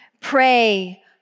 Pray